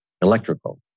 electrical